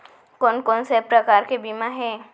कोन कोन से प्रकार के बीमा हे?